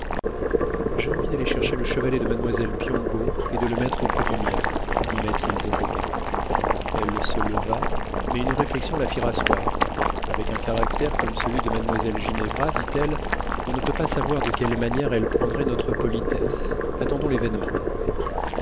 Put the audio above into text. j'ai envie d'aller chercher le chevalet de mademoiselle piombo et de le mettre auprès du mien dit mathilde roguin elle se leva mais une réflexion la fit rasseoir avec un caractère comme celui de mademoiselle ginevra dit-elle on ne peut pas savoir de quelle manière elle prendrait notre politesse attendons l'événement